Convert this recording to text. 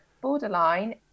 borderline